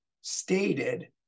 stated